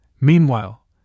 Meanwhile